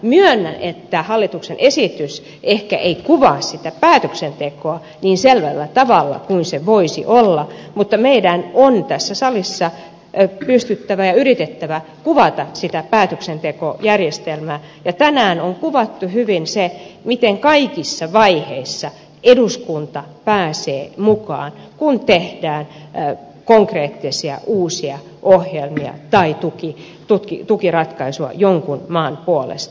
myönnän että hallituksen esitys ehkä ei kuvaa sitä päätöksentekoa niin selvällä tavalla kuin se voisi olla mutta meidän on tässä salissa pystyttävä ja yritettävä kuvata sitä päätöksentekojärjestelmää ja tänään on kuvattu hyvin se miten kaikissa vaiheissa eduskunta pääsee mukaan kun tehdään konkreettisia uusia ohjelmia tai tukiratkaisua jonkun maan puolesta